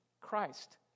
Christ